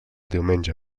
diumenge